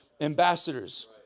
ambassadors